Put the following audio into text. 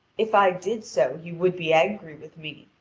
if i did so you would be angry with me,